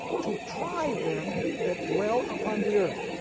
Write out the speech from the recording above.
to try them that dwell upon the earth.